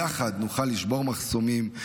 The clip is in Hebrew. יחד נוכל לשבור מחסומים,